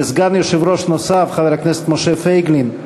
לסגן יושב-ראש נוסף, חבר הכנסת משה פייגלין,